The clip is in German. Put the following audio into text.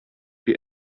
den